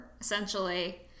essentially